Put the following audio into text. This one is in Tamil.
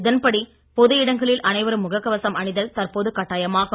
இதன்படி பொது இடங்களில் அனைவரும் முக கவசம் அணிதல் தற்போது கட்டாயமாகும்